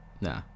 Nah